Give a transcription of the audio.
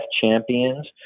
champions